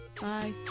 Bye